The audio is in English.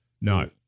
No